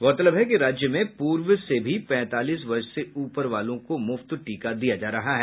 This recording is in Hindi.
गौरतलब है कि राज्य में पूर्व से भी पैंतालीस वर्ष से ऊपर वालों को मुफ्त टीका दिया जा रहा है